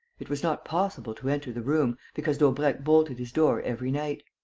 it was not possible to enter the room, because daubrecq bolted his door every night.